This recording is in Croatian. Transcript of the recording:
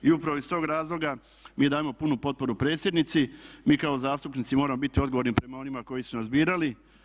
I upravo iz tog razloga mi dajemo punu potporu predsjednici, mi kao zastupnici moramo biti odgovorni prema onima koji su nas birali.